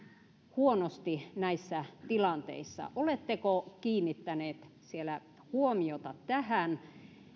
huonosti näissä tilanteissa oletteko kiinnittäneet siellä huomiota tähän